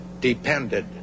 depended